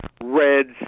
Reds